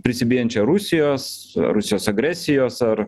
prisibijančią rusijos rusijos agresijos ar